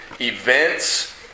events